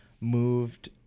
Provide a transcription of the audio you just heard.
moved